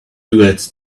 duets